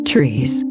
Trees